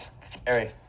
scary